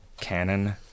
Canon